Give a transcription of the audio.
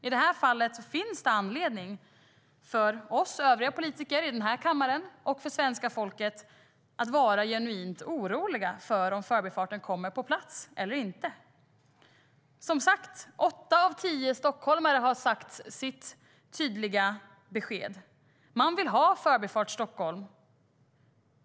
I det här fallet finns det anledning för oss, övriga politiker i den här kammaren och svenska folket att vara genuint oroliga för om Förbifarten kommer på plats eller inte. Som sagt: Åtta av tio stockholmare har gett sitt tydliga besked. Man vill ha Förbifart Stockholm.